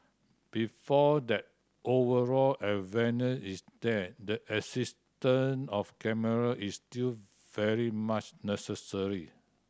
before that overall awareness is there the existence of camera is still very much necessary